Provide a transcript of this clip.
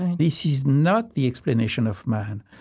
and this is not the explanation of man.